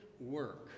work